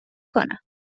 کنم